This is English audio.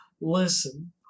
Listen